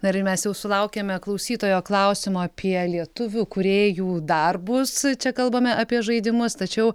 na ir mes jau sulaukėme klausytojo klausimo apie lietuvių kūrėjų darbus čia kalbame apie žaidimus tačiau